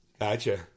Gotcha